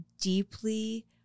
deeply